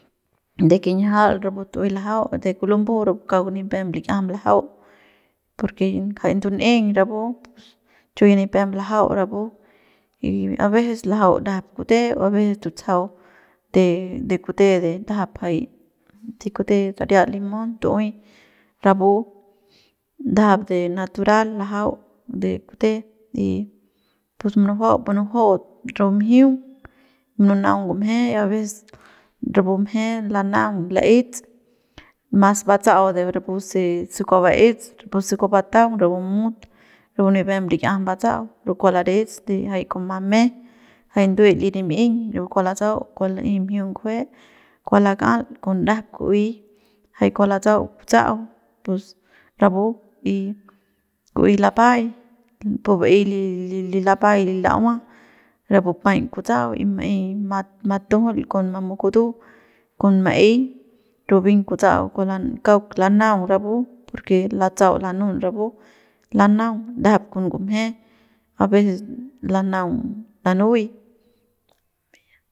De kinjial rapu tu'uey lajau de kulumbu rapu kauk nipem lik'iajam lajau porque jay ndun'eiñ rapu chu ya nipem lajau rapu y a veces lajau ndajap kute y a veces tutsajau de kute de ndajap jay de kute saria limón tu'uey rapu ndajap de natural lajau de kute y pus munujuau munujuaut rapu mjiung mununaung ngumje y a veces rapu mje lanaung laets mas batsau rapu se se kua baets puse kua bataung rapu mut rapu nipep lim'iajam batsa'au rapu kua larets de mamen de nduet li rim'iñ rapu kua latsau kua la'ey mjiung ngujue kua lakal con ndajap ku'uey jay kua latsau kutsa'au pus rapu y ku'uey lapay pu baey li lapay la'ua rapu paiñ kutsa'au y ma'ey matujul con mamu kutu con ma'ey ra pu bien kutsa'au kua la rapu kauk lanaung rapu porque latsa'au lanun rapu lanaung ndajap con ngumje a veces lanaung nanuy.